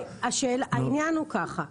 העניין הוא ככה,